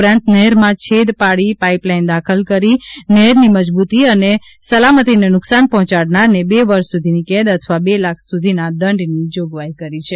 ઉપરાત નહેરમાં છેદ પાડી પાઈપ દાખલ કરી નહેરની મજબૂતી અને સલામતીને નુકસાન પહોંચાડનારને બે વર્ષ સુધીની કેદ અથવા બે લાખ સુધીના દંડની જોગવાઈ કરી છે